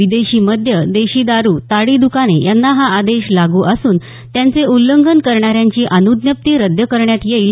विदेशी मद्य देशी दारू ताडी दुकाने यांना हा आदेश लागू असून त्याचे उल्लंघन करणाऱ्यांची अनुज्ञप्ती रद्द करण्यात येईल